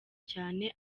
cyane